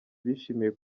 bishimiye